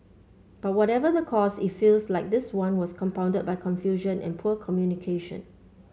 but whatever the cause it feels like this one was compounded by confusion and poor communication